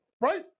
right